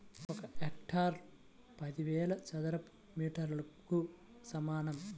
ఒక హెక్టారు పదివేల చదరపు మీటర్లకు సమానం